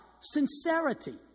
sincerity